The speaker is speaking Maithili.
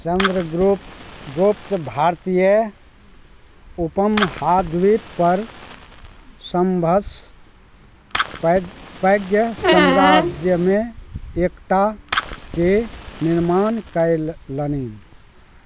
चन्द्रगुप्त भारतीय उपमहाद्वीपपर सभसँ पैघ पैघ साम्राज्यमे एकटाके निर्माण कयलनि